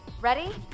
Ready